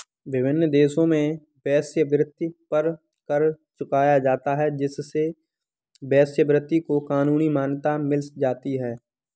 विभिन्न देशों में वेश्यावृत्ति पर कर चुकाया जाता है जिससे वेश्यावृत्ति को कानूनी मान्यता मिल जाती है